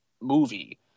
movie